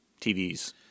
TVs